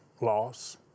loss